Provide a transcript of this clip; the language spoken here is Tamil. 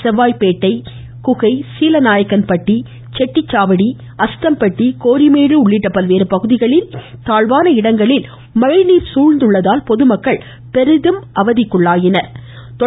செவ்வாய்ப்பேட்டை குகை சீலநாயக்கன்பட்டி செட்டிச்சாவடி அஸ்தம்பட்டி கோரிமேடு உள்ளிட்ட பல்வேறு பகுதிகளில் தாழ்வான இடங்களில் மழைநீர் சூழந்துள்ளதால் பொதுமக்கள் பெரும் அவதிக்குள்ளாயினர்